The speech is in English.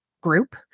group